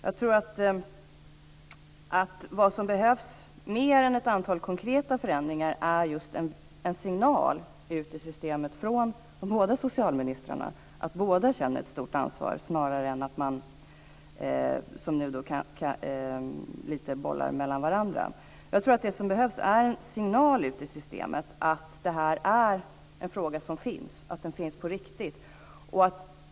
Jag tror att vad som behövs mer än ett antal konkreta förändringar är just en signal ut till systemet från de båda ministrarna om att båda känner ett stort ansvar i stället för att man, som nu, bollar ansvaret lite mellan varandra. Det som behövs är en signal ut till systemet att det här är en fråga som finns, och finns på riktigt.